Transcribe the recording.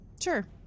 Sure